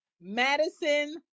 madison